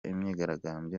imyigaragambyo